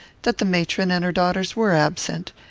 that the matron and her daughters were absent,